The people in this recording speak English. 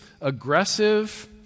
aggressive